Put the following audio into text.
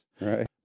Right